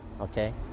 Okay